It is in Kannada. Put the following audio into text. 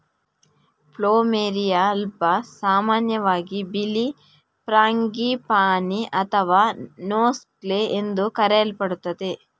ಪ್ಲುಮೆರಿಯಾ ಆಲ್ಬಾ ಸಾಮಾನ್ಯವಾಗಿ ಬಿಳಿ ಫ್ರಾಂಗಿಪಾನಿ ಅಥವಾ ನೋಸ್ಗೇ ಎಂದು ಕರೆಯಲ್ಪಡುತ್ತದೆ